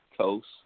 coast